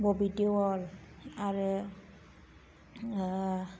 बबि देउल आरो